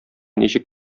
ничек